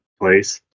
place